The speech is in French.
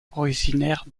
originaires